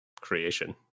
creation